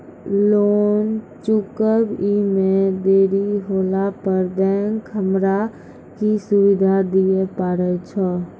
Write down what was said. Loan चुकब इ मे देरी होला पर बैंक हमरा की सुविधा दिये पारे छै?